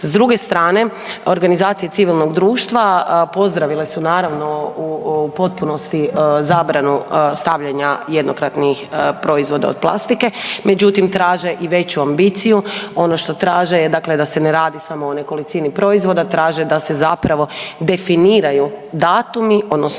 S druge strane organizacije civilnog društva pozdravile su naravno u potpunosti zabranu stavljanja jednokratnih proizvoda od plastike, međutim traže i veću ambiciju. Ono što traže je da se ne radi samo o nekolicini proizvoda, traže da se zapravo definiraju datumi odnosno